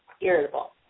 irritable